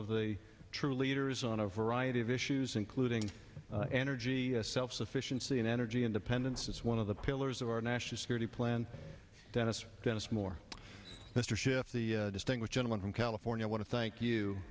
of the true leaders on a variety of issues including energy self sufficiency energy independence is one of the pillars of our national security plan dennis dennis moore mr schiff the distinguished gentleman from california want to thank you